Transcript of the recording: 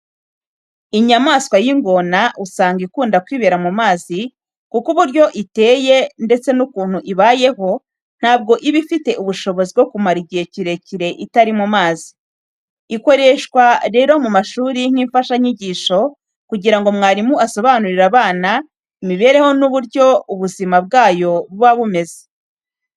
Inyamaswa y'ingona usanga ikunda kwibera mu mazi kuko uburyo iteye ndetse n'ukuntu ibayeho, ntabwo iba ifite ubushobozi bwo kumara igihe kirekire itari mu mazi. Ikoreshwa rero mu mashuri nk'imfashanyigisho kugira ngo mwarimu asobanurire abana imibereho n'ububyo ubuzima bwayo buba bumeze.